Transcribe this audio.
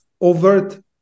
overt